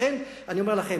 לכן אני אומר לכם,